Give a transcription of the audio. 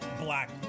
black